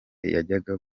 yajyaga